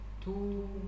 two